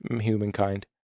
humankind